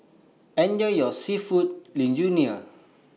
Enjoy your Seafood Linguine